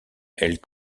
elle